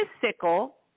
sickle